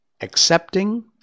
accepting